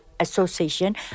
Association